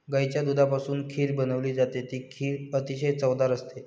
गाईच्या दुधापासून खीर बनवली जाते, ही खीर अतिशय चवदार असते